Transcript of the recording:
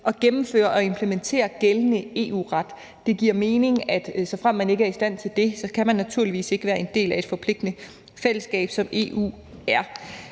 at gennemføre og implementere gældende EU-ret. Det giver mening, at såfremt man ikke er i stand til det, kan man naturligvis ikke være en del af et forpligtende fællesskab, som EU er.